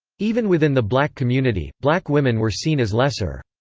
even within the black community, black women were seen as lesser.